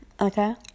Okay